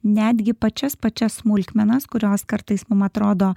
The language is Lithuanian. netgi pačias pačias smulkmenas kurios kartais mum atrodo